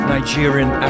Nigerian